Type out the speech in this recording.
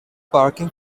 parking